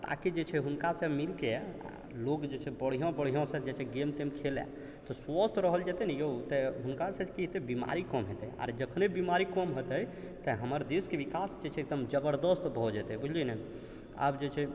ताकि जे छै हुनकासँ मिलिके लोग जे छै बढ़िआँ बढ़िआँ जे छै गेम तेम खेलऽ तऽ स्वस्थ रहल जेतै ने यौ तऽ हुनकासँ की हेतै बीमारी कम हेतै आर जखने बीमारी कम हेतै तऽ हमर देशके विकास जे छै एकदम जबरदस्त भऽ जेतै बुझलियै ने आब जे छै